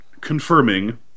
confirming